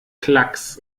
klacks